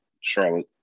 charlotte